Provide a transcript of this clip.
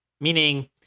Meaning